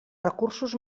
recursos